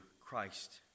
Christ